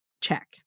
check